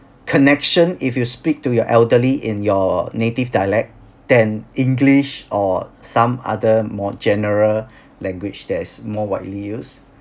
connection if you speak to your elderly in your native dialect than english or some other more general language that's more widely use